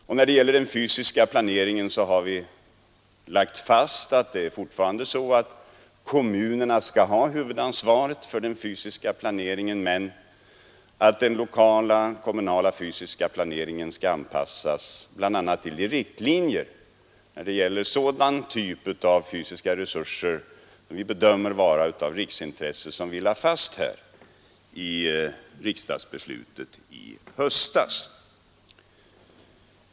Vad gäller den fysiska planeringen har vi lagt fast att det fortfarande är kommunerna som skall ha huvudansvaret för den fysiska planeringen men att den lokala fysiska planeringen skall anpassas till de riktlinjer när det gäller utnyttjandet av fysiska resurser som vi bedömer vara av riksintresse och som vi lade fast i riksdagsbeslutet i höstas.